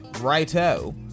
Righto